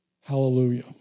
Hallelujah